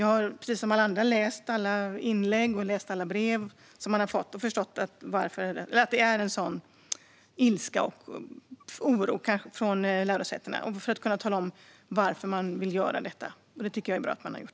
Jag har precis som alla andra läst alla inlägg och brev som han har fått och förstått att det finns en ilska och oro från lärosätena, så det tycker jag är bra att han har gjort.